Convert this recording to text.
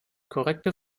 konkrete